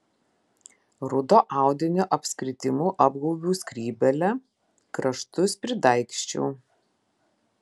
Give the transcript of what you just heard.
rudo audinio apskritimu apgaubiau skrybėlę kraštus pridaigsčiau